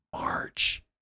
March